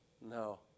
No